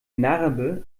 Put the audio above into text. narbe